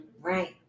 Right